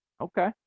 Okay